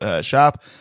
shop